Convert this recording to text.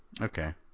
okay